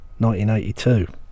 1982